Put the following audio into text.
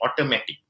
automatic